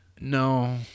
No